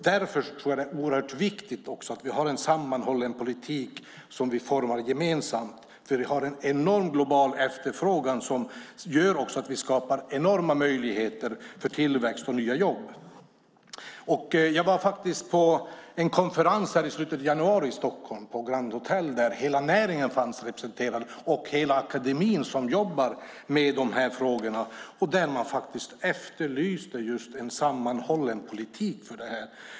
Därför är det oerhört viktigt att vi har en sammanhållen politik som vi formar gemensamt. Vi har en enorm global efterfrågan som gör att vi skapar enorma möjligheter för tillväxt och nya jobb. Jag var på en konferens i slutet av januari här i Stockholm på Grand Hotel där hela näringen fanns representerad. Där fanns också hela akademin som jobbar med frågorna. Man efterlyste då just en sammanhållen politik.